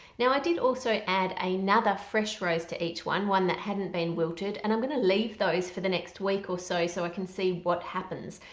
now i did also add another fresh rose to each one, one that hadn't been wilted and i'm going to leave those for the next week or so so i can see what happens.